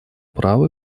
права